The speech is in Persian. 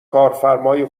کارفرمای